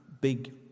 big